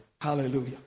Hallelujah